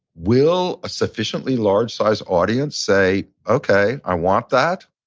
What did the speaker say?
will a sufficiently large size audience say, okay, i want that?